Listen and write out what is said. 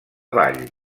ball